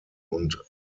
und